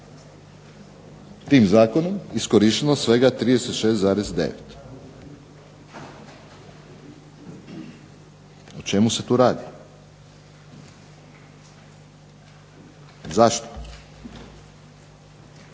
tim zakonom iskorišteno svega 36,9. O čemu se tu radi? Zašto?